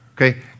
okay